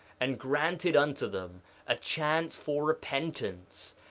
and granted unto them a chance for repentance.